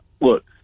Look